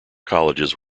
colleges